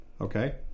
Okay